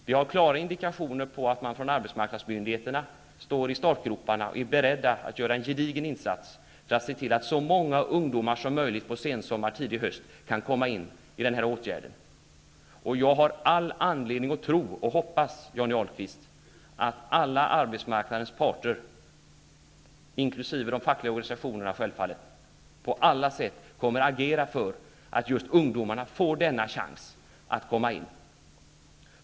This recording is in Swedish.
Vi har klara intentioner på att arbetsmarknadsmyndigheterna står i startgroparna och är beredda att göra en gedigen insats för att se till att så många ungdomar som möjligt i höst kan komma in i den här åtgärden. Jag har all anledning att tro och hoppas att alla arbetsmarknadens parter, självfallet inkl. de fackliga organisationerna, på alla sätt kommer att agera för att just ungdomarna får denna chans att komma in.